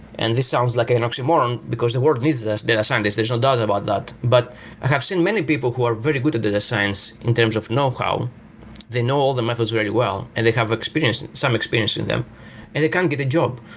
and this sounds like an oxymoron, because the world needs data scientists. there's no doubt about that, but i have seen many people who are very good at data science in terms of knowhow. they know all the methods very well and they have experience, some experience with them and they can't get a job.